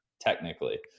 technically